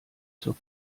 zur